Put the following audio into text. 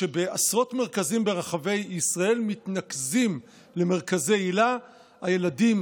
ובעשרות מרכזים ברחבי ישראל מתנקזים למרכזי היל"ה הילדים